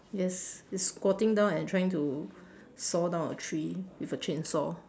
yes he's squatting down and trying to saw down a tree with a chainsaw